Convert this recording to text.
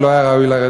הוא לא היה ראוי לרדת,